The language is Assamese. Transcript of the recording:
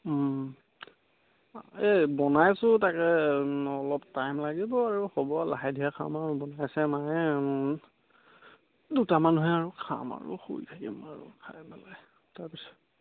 এই বনাইছোঁ তাকে অলপ টাইম লাগিব আৰু হ'ব লাহে ধীৰে খাম আৰু লেচেৰামাহ বনাইছোঁ দুটা মানুহহে আৰু খাম আৰু শুই থাকিম আৰু খাই পেলাই তাৰপিছত